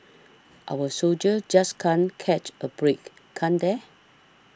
our soldiers just can't catch a break can't they